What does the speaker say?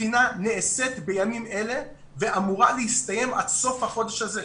הבחינה נעשית בימים אלה ואמורה להסתיים עד סוף החודש הזה.